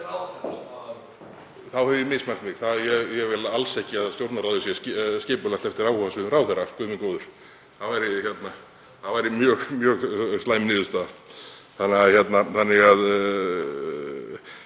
Þá hef ég mismælt mig, ég vil alls ekki að Stjórnarráðið sé skipulagt eftir áhugasviði ráðherra, guð minn góður, það væri mjög slæm niðurstaða. Bara